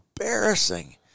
embarrassing